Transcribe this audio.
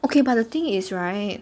okay but the thing is right